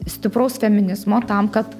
stipraus feminizmo tam kad